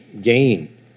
gain